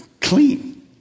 clean